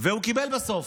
הוא קיבל בסוף,